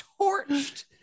torched